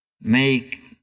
Make